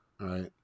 right